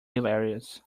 hilarious